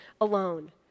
alone